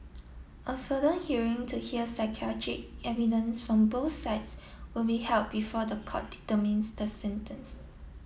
a further hearing to hear psychiatric evidence from both sides will be held before the court determines the sentence